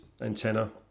antenna